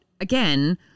again